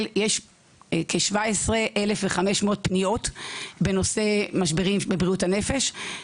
יש כ-17,500 פניות בנושא משברים בבריאות הנפש.